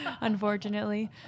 unfortunately